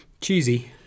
cheesy